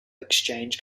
exchange